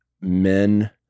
men